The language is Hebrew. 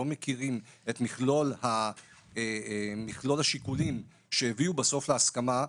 לא מכירים את מכלול השיקולים שהביאו בסוף להסכמה הזאת,